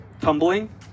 tumbling